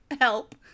help